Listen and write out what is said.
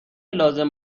لازم